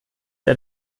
wir